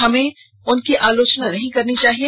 हमें उनकी आलोचना नहीं करनी चाहिए